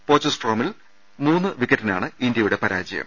പോചസ്ട്രോമിൽ മൂന്ന് വിക്കറ്റിനാണ് ഇന്ത്യയുടെ പരാജയം